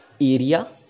area